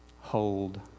Hold